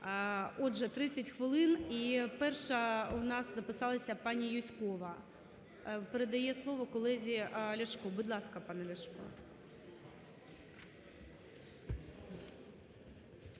Отже, 30 хвилин. І перша у нас записалася пані Юськова. Передає слово колезі Ляшко. Будь ласка, пане Ляшко.